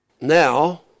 Now